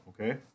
okay